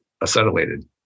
acetylated